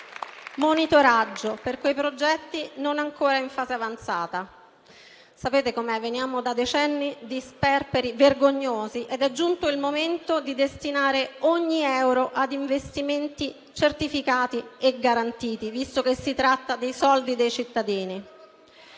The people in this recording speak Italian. monitoraggio per quei progetti non ancora in fase avanzata. Sapete com'è: veniamo da decenni di sperperi vergognosi ed è giunto il momento di destinare ogni euro a investimenti certificati e garantiti, visto che si tratta dei soldi dei cittadini.